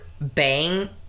bang